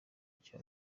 icyo